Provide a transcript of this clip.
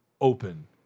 open